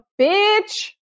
bitch